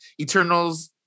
Eternals